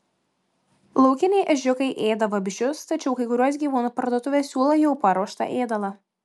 laukiniai ežiukai ėda vabzdžius tačiau kai kurios gyvūnų parduotuvės siūlo jau paruoštą ėdalą